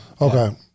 Okay